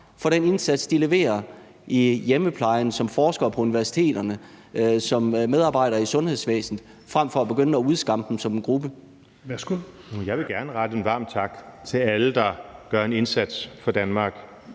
for den indsats, de leverer i hjemmeplejen, som forskere på universiteterne, som medarbejdere i sundhedsvæsenet, frem for at begynde at udskamme dem som en gruppe?